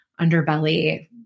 underbelly